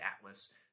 atlas